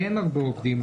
כי אין הרבה עובדים.